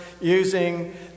using